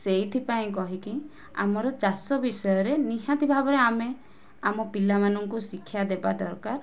ସେଇଥିପାଇଁ କହିକି ଆମର ଚାଷ ବିଷୟରେ ନିହାତି ଭାବରେ ଆମେ ଆମ ପିଲାମାନଙ୍କୁ ଶିକ୍ଷା ଦେବା ଦରକାର